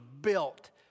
built